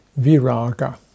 Viraga